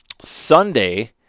Sunday